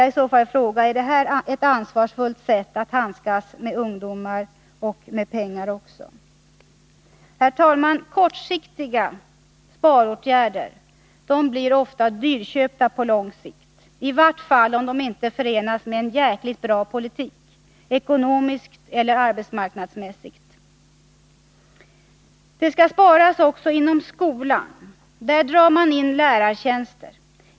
Jag vill fråga: Är det här ett ansvarsfullt sätt att handskas med ungdomar och med pengar? Herr talman! Kortsiktiga sparåtgärder blir ofta dyrköpta på lång sikt, i vart fall om de inte förenas med en verkligt bra politik, ekonomiskt och arbetsmarknadsmässigt sett. Det skall också sparas inom skolan. Där drar man in lärartjänster.